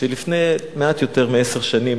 שלפני מעט יותר מעשר שנים,